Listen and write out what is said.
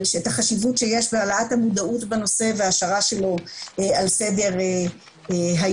את החשיבות שיש להעלאת המודעות בנושא וההשארה שלו על סדר היום